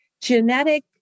genetic